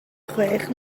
chwech